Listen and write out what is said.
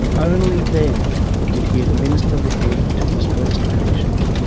only then did he administer lithium to his first patient.